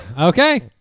okay